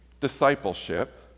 discipleship